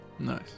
Nice